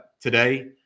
today